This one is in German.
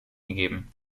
gegeben